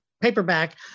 paperback